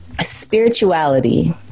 spirituality